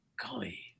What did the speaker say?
golly